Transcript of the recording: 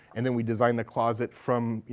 and then we designed the closet from, you